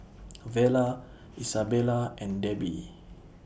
Vella Isabella and Debbi